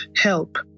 help